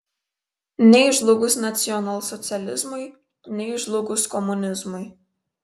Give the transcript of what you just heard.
nei žlugus nacionalsocializmui nei žlugus komunizmui